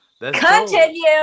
Continue